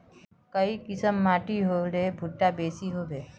काई किसम माटी होले भुट्टा बेसी होबे?